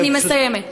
אני מסיימת.